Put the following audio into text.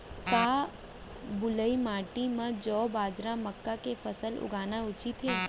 का बलुई माटी म जौ, बाजरा, मक्का के फसल लगाना उचित हे?